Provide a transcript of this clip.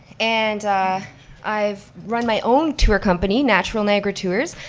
and i've run my own tour company, natural niagara tours,